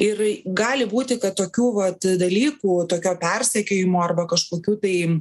ir gali būti kad tokių vat dalykų tokio persekiojimo arba kažkokių tai